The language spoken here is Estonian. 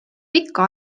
pika